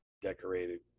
decorated